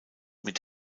mit